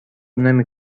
نمی